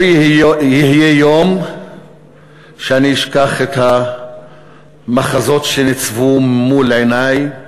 לא יהיה יום שאשכח את המחזות שניצבו מול עיני.